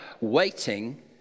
waiting